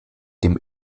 dem